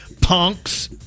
Punks